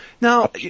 Now